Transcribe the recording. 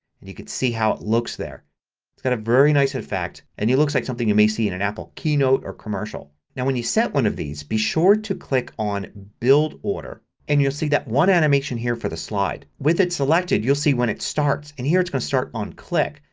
and you can see how it looks there. it has a very nice effect and it looks like something you may see in an apple keynote or commercial. now when you set one of these be sure to click on build order and you'll see that one animation here for the slide. with it selected you'll see when it starts. and here it's going to start on click.